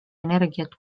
energiat